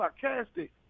sarcastic